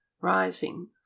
rising